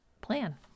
plan